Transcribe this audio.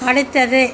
அடுத்தது